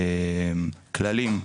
כללים,